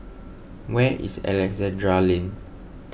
where is Alexandra Lane